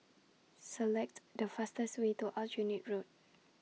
Select The fastest Way to Aljunied Road